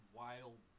wild